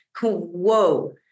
whoa